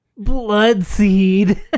Bloodseed